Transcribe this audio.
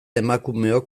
emakumeok